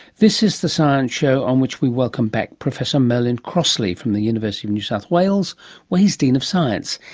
this is the science show, on which we welcome back professor merlin crossley from the university of new south wales where he is dean of science.